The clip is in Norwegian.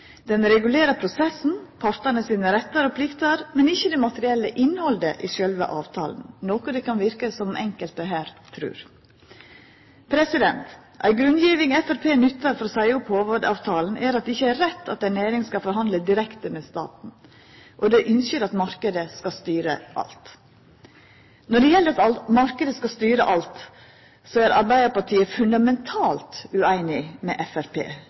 den landbrukspolitikken Stortinget har fastlagt. Hovudavtalen regulerer altså organisasjonane sin rett til å forhandla om rammevilkåra for landbruksnæringa, og om korleis forhandlingane skal gå føre seg. Avtalen regulerer prosessen, partane sine rettar og plikter, men ikkje det materielle innhaldet i sjølve avtalen, noko det kan verka som om enkelte her trur. Ei grunngjeving Framstegspartiet nyttar for å seia opp hovudavtalen, er at det ikkje er rett at ei næring skal forhandla direkte med staten. Dei ynskjer at marknaden skal styra alt. Når